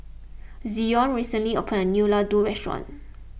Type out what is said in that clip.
Zion recently opened a new Ladoo restaurant